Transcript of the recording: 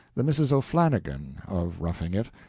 the mrs. o'flannigan of roughing it,